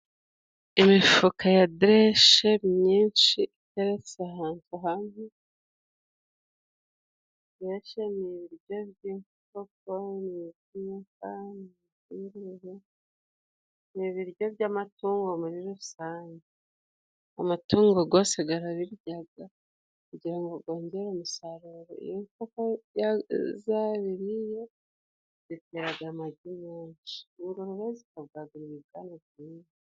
Imifuka ya deshe myinshi iteretse ahantu hamwe, deshe ni ibiryo by'inkoko ni iby'inka ni iby'ingurube, ni ibiryo by'amatungo muri rusange. Amatungo gose arabirya kugira yongere umusaruro, iyo inkoko zabiriye zitera amagi menshi ingurube zabiriye zikabwagura ibibwana byinshi.